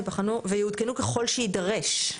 "ויעודכנו ככל שיידרש".